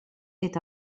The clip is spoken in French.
est